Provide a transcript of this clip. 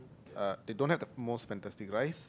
uh they don't have the most fantastic rice